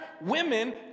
women